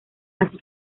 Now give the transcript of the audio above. así